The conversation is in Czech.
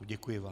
Děkuji vám.